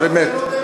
זה לא דגל,